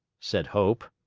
said hope.